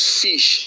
fish